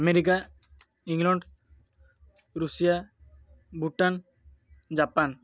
America England Russia Bhutan Japan